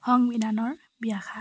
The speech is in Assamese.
সংবিধানৰ ব্যাখ্যা